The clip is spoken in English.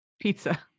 pizza